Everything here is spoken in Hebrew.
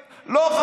למה לא הגיעו?